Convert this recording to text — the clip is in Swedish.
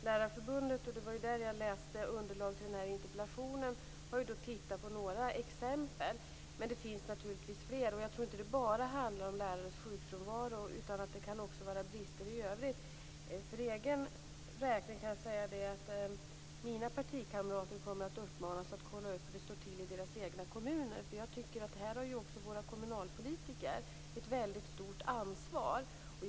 Lärarförbundet, som gav mig underlaget till den här interpellationen, har tittat på några exempel. Det finns naturligtvis fler. Jag tror inte att det bara handlar om lärares sjukfrånvaro, utan det kan också vara brister i övrigt. För egen räkning kan jag säga att mina partikamrater kommer att uppmanas att kolla upp hur det står till i deras egna kommuner. Jag tycker att också våra kommunalpolitiker har ett mycket stort ansvar här.